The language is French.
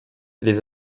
les